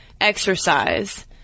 exercise